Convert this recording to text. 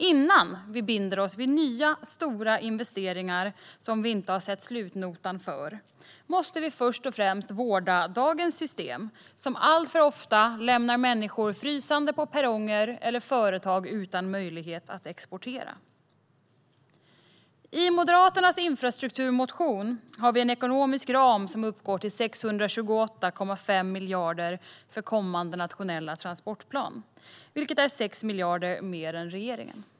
Innan vi binder oss vid nya stora investeringar som vi inte har sett slutnotan för måste vi först och främst vårda dagens system, som alltför ofta lämnar människor frysande på perronger eller företag utan möjlighet att exportera. I Moderaternas infrastrukturmotion har vi en ekonomisk ram som uppgår till 628,5 miljarder för den kommande nationella transportplanen, vilket är 6 miljarder mer än regeringen.